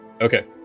Okay